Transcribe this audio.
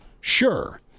Sure